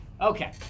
okay